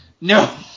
no